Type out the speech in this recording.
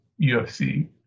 UFC